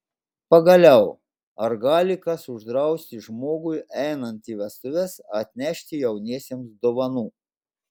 pagaliau ar gali kas uždrausti žmogui einant į vestuves atnešti jauniesiems dovanų